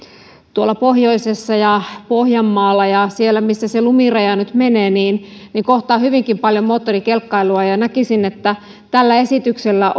tuolla pohjoisessa ja pohjanmaalla ja siellä missä se lumiraja nyt menee kohtaa hyvinkin paljon moottorikelkkailua ja näkisin että tällä esityksellä